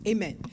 Amen